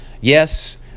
Yes